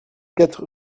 quatre